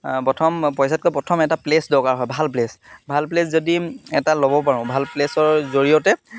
প্ৰথম পইচাতকৈ প্ৰথম এটা প্লেচ দৰকাৰ হয় ভাল প্লেচ ভাল প্লেচ যদি এটা ল'ব পাৰোঁ ভাল প্লেচৰ জৰিয়তে